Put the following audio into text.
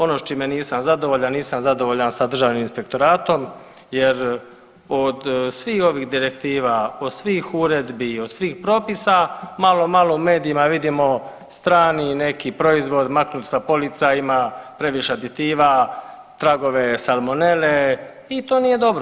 Ono s čime nisam zadovoljan, nisam zadovoljan sa državnim inspektoratom jer od svih ovih direktiva, od svih uredbi, od svih propisa malo, malo u medijima vidimo strani neki proizvod maknut sa polica, ima previše aditiva, tragove salmonele i to nije dobro.